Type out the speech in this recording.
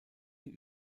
die